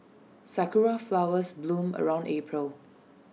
Sakura Flowers bloom around April